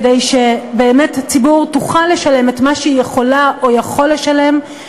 כדי שבאמת הציבור תוכל לשלם את מה שהיא יכולה או יכול לשלם,